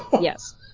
Yes